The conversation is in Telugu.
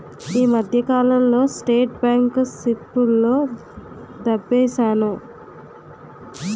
ఈ మధ్యకాలంలో స్టేట్ బ్యాంకు సిప్పుల్లో డబ్బేశాను